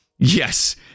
Yes